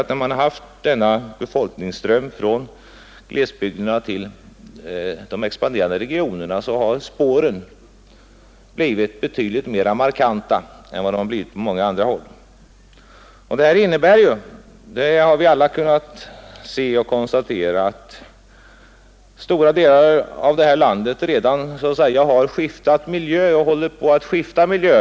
När man haft denna befolkningsström från glesbygderna till de expanderande regionerna har spåren blivit betydligt mer markanta än de blivit på många andra håll. Detta innebär — det har vi alla kunnat konstatera — att stora delar av vårt land redan har så att säga skiftat miljö eller håller på att skifta miljö.